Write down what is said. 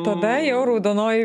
tada jau raudonoji